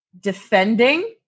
defending